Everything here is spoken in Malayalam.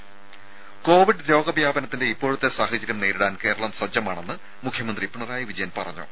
രേര കോവിഡ് രോഗവ്യാപനത്തിന്റെ ഇപ്പോഴത്തെ സാഹചര്യം നേരിടാൻ കേരളം സജ്ജമാണെന്ന് മുഖ്യമന്ത്രി പിണറായി വിജയൻ പറഞ്ഞു